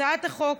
הצעת החוק